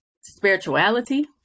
spirituality